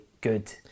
good